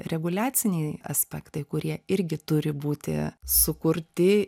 reguliaciniai aspektai kurie irgi turi būti sukurti